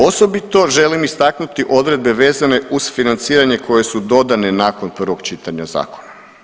Osobito želim istaknuti odredbe vezane uz financiranje koje su dodane nakon prvog čitanja zakona.